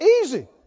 easy